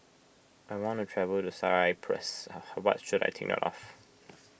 I want to travel to Cyprus what should I take note of